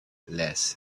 less